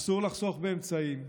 אסור לחסוך באמצעים,